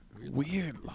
Weird